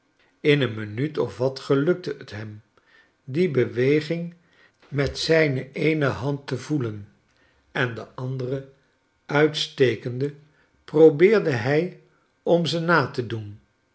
in een minuut of wat gelukte het hem die beweging met zijn eene hand te voelen en de andere uitstekende probeerde hij om ze na te doen